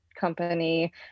company